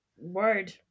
word